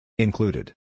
Included